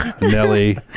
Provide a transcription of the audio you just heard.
Nelly